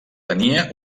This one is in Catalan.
tenia